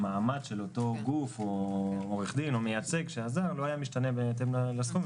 המעמד של אותו גוף או עורך דין או מייצג שעזר לא היה משתנה בהתאם לסכום,